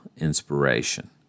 inspiration